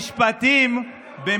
חבר קואליציה הולך לטובתו אתה מדבר?